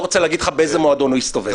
רוצה להגיד לך באיזה מועדון הוא הסתובב.